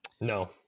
No